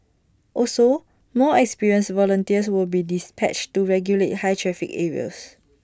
also more experienced volunteers will be dispatched to regulate high traffic areas